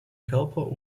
körper